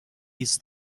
است